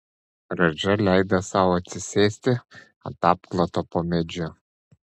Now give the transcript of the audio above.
radža leido sau atsisėsti ant apkloto po medžiu